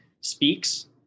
speaks